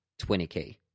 20K